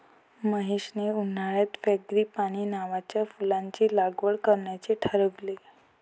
महेशने उन्हाळ्यात फ्रँगीपानी नावाच्या फुलाची लागवड करण्याचे ठरवले